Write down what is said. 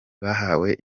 bahawe